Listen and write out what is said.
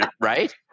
right